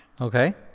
Okay